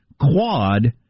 Quad